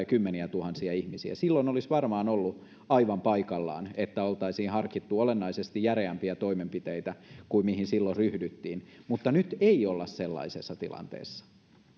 kymmeniätuhansia ihmisiä silloin olisi varmaan ollut aivan paikallaan että oltaisiin harkittu olennaisesti järeämpiä toimenpiteitä kuin mihin silloin ryhdyttiin mutta nyt ei olla sellaisessa tilanteessa